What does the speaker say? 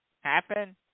happen